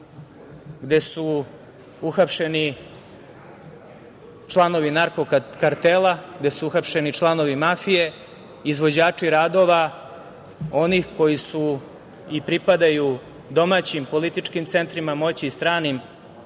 gde su uhapšeni članovi narko kartela, gde su uhapšeni članovi mafije, izvođači radova, onih koji su i pripadaju domaćim političkim centrima moći kako